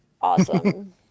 awesome